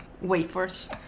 wafers